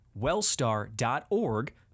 wellstar.org